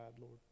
Lord